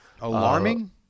Alarming